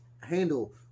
handle